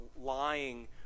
lying